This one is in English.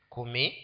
Kumi